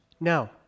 No